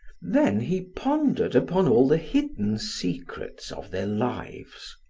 then he pondered upon all the hidden secrets of their lives.